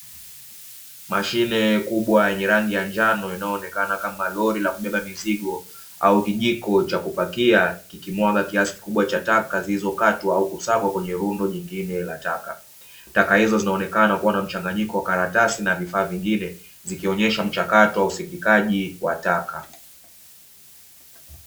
Mashine kubwa yenye rangi ya njano, inayoonekana kama lori la kubeba mizigo au kijiko cha kupakia, kikimwaga kiasi kikubwa cha taka zilizokatwa au kusagwa kwenye rundo jingine la taka. Taka hizo zinaonekana kuwa na mchanganyiko wa karatasi na vifaa vingine, zikionesha mchakato wa usindikaji wa taka.